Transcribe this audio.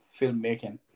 filmmaking